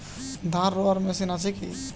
ধান রোয়ার মেশিন আছে কি?